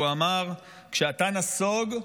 והוא אמר: כשאתה נסוג,